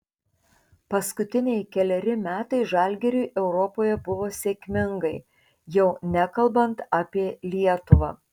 paskutiniai keleri metai žalgiriui europoje buvo sėkmingai jau nekalbant apie lietuvą